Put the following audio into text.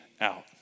out